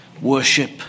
worship